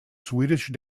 swedish